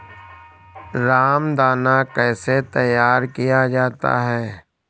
रामदाना कैसे तैयार किया जाता है?